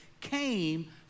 came